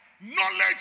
Knowledge